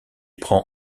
prend